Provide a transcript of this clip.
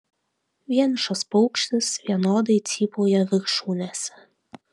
vienišas paukštis vienodai cypauja viršūnėse